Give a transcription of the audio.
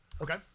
Okay